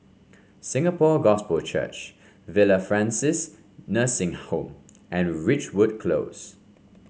Singapore Gospel Church Villa Francis Nursing Home and Ridgewood Close